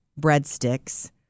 breadsticks